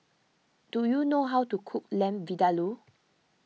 do you know how to cook Lamb Vindaloo